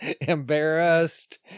embarrassed